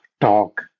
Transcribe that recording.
talk